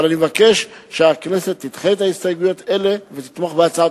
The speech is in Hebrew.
אבל אני מבקש שהכנסת תדחה את ההסתייגויות האלה ותתמוך בהצעת